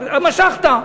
משכת.